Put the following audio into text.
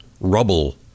Rubble